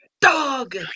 dog